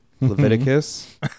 Leviticus